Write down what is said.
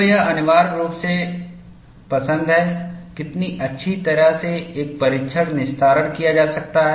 तो यह अनिवार्य रूप से पसंद है कितनी अच्छी तरह से एक परीक्षण निस्तारण किया जा सकता है